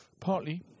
Partly